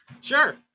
sure